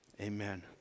amen